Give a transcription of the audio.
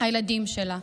הילדים שלה,